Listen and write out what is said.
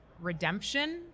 redemption